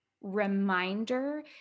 reminder